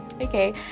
okay